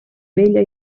bella